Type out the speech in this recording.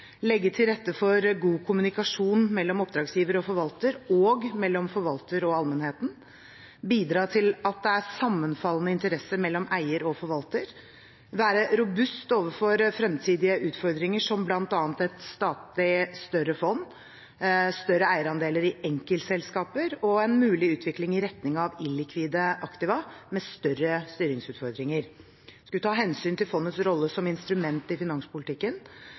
legge til rette for god kommunikasjon mellom oppdragsgiver og forvalter og mellom forvalter og allmennheten, bidra til at det er sammenfallende interesser mellom eier og forvalter, være robust overfor fremtidige utfordringer, bl.a. stadig større fond, større eierandeler i enkeltselskaper og en mulig utvikling i retning av illikvide aktiva med større styringsutfordringer, ta hensyn til fondets rolle som instrument i finanspolitikken